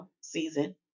season